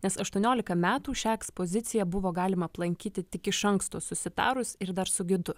nes aštuoniolika metų šią ekspoziciją buvo galima aplankyti tik iš anksto susitarus ir dar su gidu